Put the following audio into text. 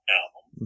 album